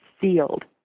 sealed